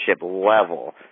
level